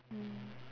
mm